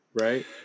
Right